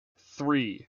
three